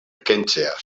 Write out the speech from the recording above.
kentzea